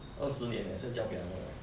二十年 leh 在教 piano leh